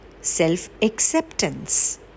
self-acceptance